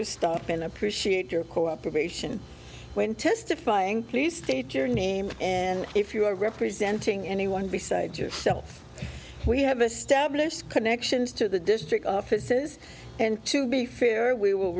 to stop in appreciate your cooperation when testifying please state your name and if you are representing anyone besides yourself we have established connections to the district offices and to be fair we will